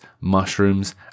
mushrooms